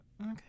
Okay